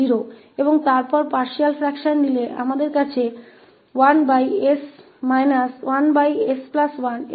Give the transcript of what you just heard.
और फिर आंशिक भिन्नों को लेते हुए हमारे पास 1s 1s1 − 1 𝑠1 है